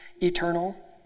eternal